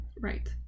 Right